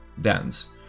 dance